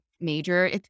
major